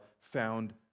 found